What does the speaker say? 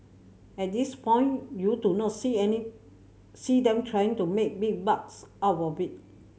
at this point you do not see any see them trying to make big bucks out of it